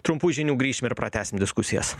trumpų žinių grįšim ir pratęsim diskusijas